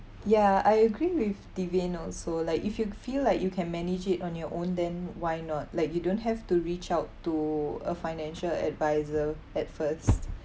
ya I agree with devin also like if you feel like you can manage it on your own then why not like you don't have to reach out to a financial adviser at first